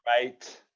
right